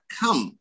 come